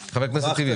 השוואה,